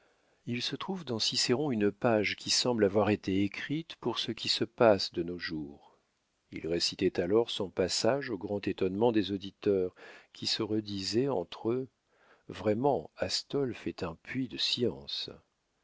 il se trouve dans cicéron une page qui semble avoir été écrite pour ce qui se passe de nos jours il récitait alors son passage au grand étonnement des auditeurs qui se redisaient entre eux vraiment astolphe est un puits de science